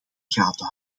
gaten